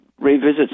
revisit